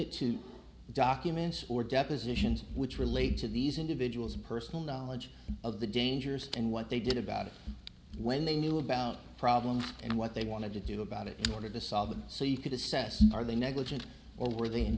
it to documents or depositions which relate to these individuals personal knowledge of the dangers and what they did about it when they knew about problems and what they wanted to do about it in order to solve it so you could assess are they negligent or were they in